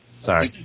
Sorry